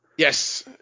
Yes